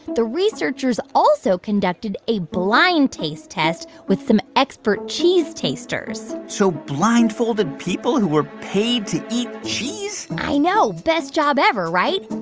the researchers also conducted a blind taste test with some expert cheese tasters so blindfolded people who were paid to eat cheese? i know, best job ever, right?